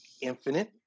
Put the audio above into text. infinite